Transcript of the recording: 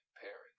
parents